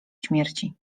śmierci